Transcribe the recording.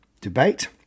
debate